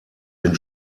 den